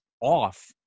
off